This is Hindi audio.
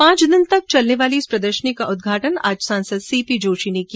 पॉच दिन तक चलने वाली इस प्रदर्शनी का उदघाटन आज सांसद सीपी जोशी ने किया